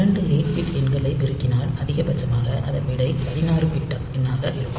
இரண்டு 8 பிட் எண்களைப் பெருக்கினால் அதிகபட்சமாக அதன் விடை 16 பிட் எண்ணாக இருக்கும்